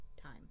time